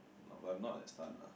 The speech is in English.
no but I'm not that stun lah